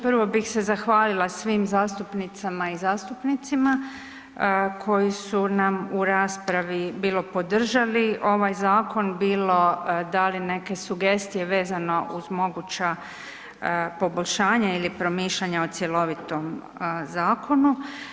Prvo bih se zahvalila svim zastupnicama i zastupnicima koji su nam u raspravi bilo podržali ovaj zakon, bilo dali neke sugestije vezano uz moguća poboljšanja ili promišljanja o cjelovitom zakonu.